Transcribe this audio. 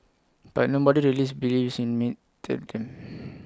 but nobody release believes in me did them